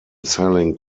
selling